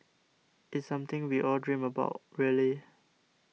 it's something we all dream about really